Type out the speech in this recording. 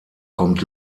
kommt